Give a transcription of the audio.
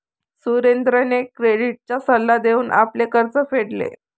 सुरेंद्रने क्रेडिटचा सल्ला घेऊन आपले कर्ज फेडले